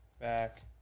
back